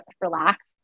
relax